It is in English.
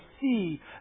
see